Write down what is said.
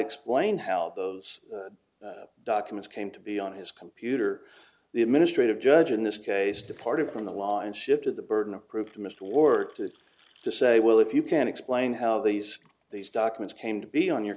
explain how those documents came to be on his computer the administrative judge in this case departed from the line shifted the burden of proof to mr ward to to say well if you can explain how these these documents came to be on your